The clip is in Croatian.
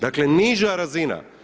Dakle niža razina.